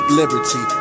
liberty